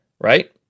right